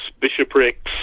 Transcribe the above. bishoprics